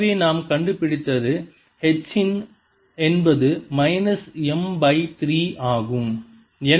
எனவே நாம் கண்டுபிடித்தது H என்பது மைனஸ் M பை 3 ஆகும்